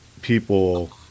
people